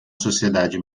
sociedade